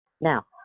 Now